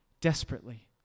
desperately